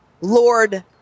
Lord